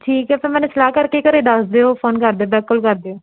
ਠੀਕ ਹੈ ਫਿਰ ਮੈਨੂੰ ਸਲਾਹ ਕਰਕੇ ਘਰ ਦੱਸ ਦਿਓ ਫੋਨ ਕਰ ਦਿਓ ਬੈਕ ਕੋਲ ਕਰ ਦਿਓ